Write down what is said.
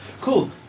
Cool